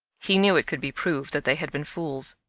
he knew it could be proved that they had been fools.